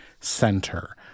center